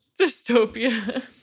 dystopia